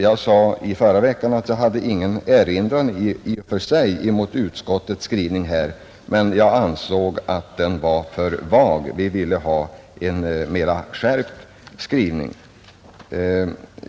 Jag sade i förra veckan att jag inte hade någon erinran i och för sig mot utskottets skrivning här, men jag ansåg att den var för vag. Vi ville ha en mera skärpt skrivning.